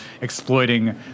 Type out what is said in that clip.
exploiting